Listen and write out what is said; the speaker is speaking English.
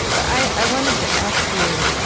i wanted to ask you,